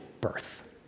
birth